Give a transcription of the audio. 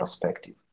perspective